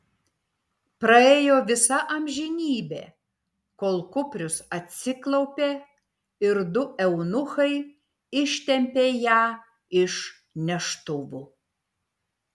praėjo visa amžinybė kol kuprius atsiklaupė ir du eunuchai ištempė ją iš neštuvų